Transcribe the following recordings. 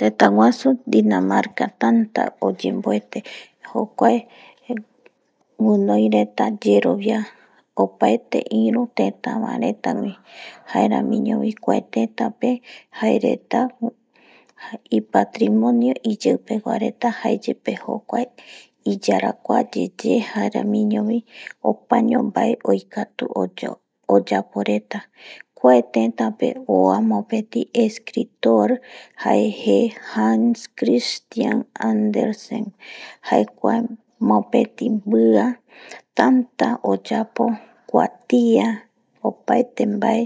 Tëtäguasu Dinamarca tata oyemboete jokuae guinoi reta yerovia opaete iru teta va reta gui jaeramiñovi kuae tetape jae reta ipatrimonio iyeipegua reta jae yepe jokua iyarakua yeye jaeramiñovi opaño mbae oikatu ,oyapo reta kuae tetape oa mopeti escritor jae jee yhan cristian anderson jae kuae mopeti mbia tata oyapo kuatia opaete mbae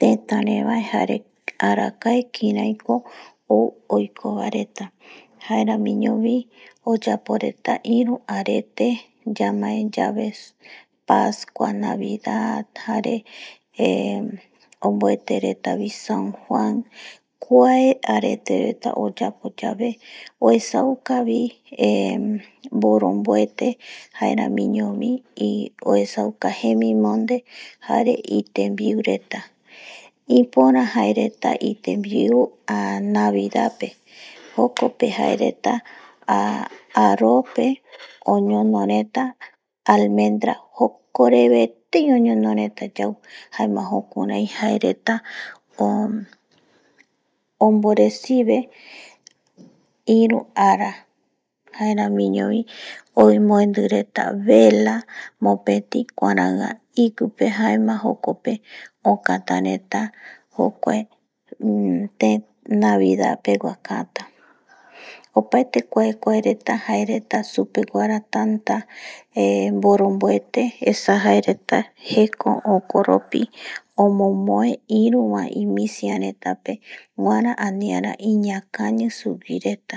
tëtä revae arakae kiraiko ou oikova reta jaeramiñovi oyapo reta iru arete ñamae yave pascua, navidad jare omboete retavi san juan kuae arete reta oyapo yave oesaukavi mboronboete jaeramiñovi oesauka jemimonde jare itenbiu reta ipora jae reta itenbiu, navidad pe jokope jae reta arope oñono reta almendra joko reve etei oñono reta yau jaema jukurai jae reta, onborecibe iru ara jaeramiñovi omboendi reta vela mopeti kuaraia iguiipe jaema jokope okata reta ,navidad pegua kata opaete kua kua reta jae reta supeguara tanta mboronboete esa jae reta jeko jokoropi omomue iru vae imisia retape, aniara iñakani sugui reta.